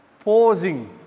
pausing